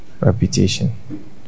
reputation